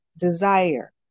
desire